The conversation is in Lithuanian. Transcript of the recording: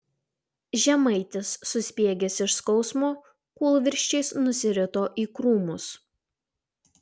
žemaitis suspiegęs iš skausmo kūlvirsčiais nusirito į krūmus